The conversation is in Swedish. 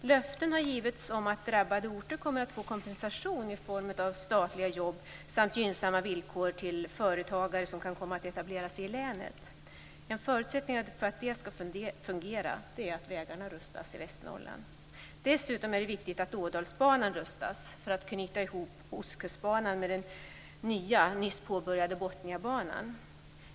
Löften har givits om att drabbade orter ska få kompensation i form av statliga jobb samt gynnsamma villkor för företagare som kan komma att etablera sig i länet. Men en förutsättning för att det ska fungera är att vägarna i Västernorrland rustas. Dessutom är det viktigt att Ådalsbanan rustas; detta för att knyta ihop Ostkustbanan med den nya, nyss påbörjade, Botniabanan.